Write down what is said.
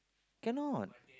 cannot